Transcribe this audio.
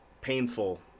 painful